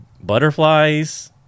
Butterflies